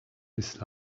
his